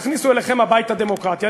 תכניסו אליכם הביתה דמוקרטיה,